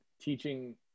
teaching